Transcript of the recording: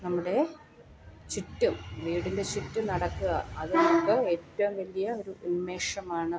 നമ്മുടെ ചുറ്റും വീടിൻ്റെ ചുറ്റും നടക്കുക അത് നമുക്ക് ഏറ്റവും വലിയ ഒരു ഉന്മേഷമാണ്